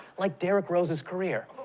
like derrick rose's career.